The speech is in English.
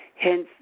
hence